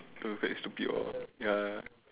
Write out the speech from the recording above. okay stupid all ya